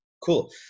cool